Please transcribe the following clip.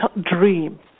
dream